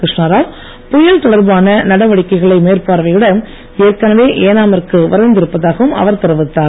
கிருஷ்ணாராவ் புயல் தொடர்பான நடவடிக்கைகளைப் பார்வையிட ஏற்கனவே ஏனா மிற்கு விரைந்திருப்பதாகவும் அவர் தெரிவித்தார்